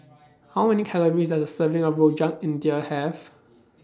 How Many Calories Does A Serving of Rojak India Have